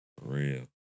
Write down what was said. real